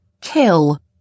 kill